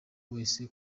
wese